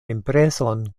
impreson